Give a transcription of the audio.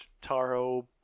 Taro